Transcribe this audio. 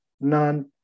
none